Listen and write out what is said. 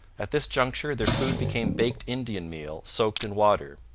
at this juncture their food became baked indian meal soaked in water.